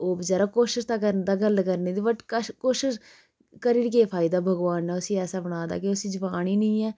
ओह् बचैरा कोशश ते करदा गल्ल करने दी बट कश कोशिश करी केह् फायदा भगवान ने उसी ऐसा बनाए दा कि जवान नी ऐ